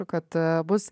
kad bus